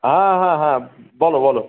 হ্যাঁ হ্যাঁ হ্যাঁ বলো বলো